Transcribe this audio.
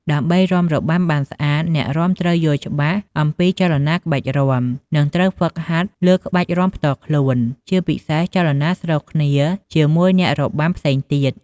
ដើម្បីរាំរបាំបានស្អាត អ្នករាំត្រូវយល់ច្បាស់អំពីចលនាក្បាច់រាំ និង ត្រូវហ្វឹកហាត់លើក្បាច់រាំផ្ទាល់ខ្លួន ជាពិសេសចលនាស្រុះគ្នាជាមួយអ្នករបាំផ្សេងទៀត។